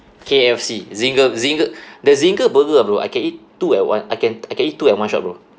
K_F_C zinger zinger the zinger burger ah bro I can eat two at one I can I can eat two at one shot bro